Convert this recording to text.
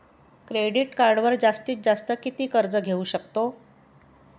Credit कार्डवर जास्तीत जास्त किती कर्ज घेऊ शकतो?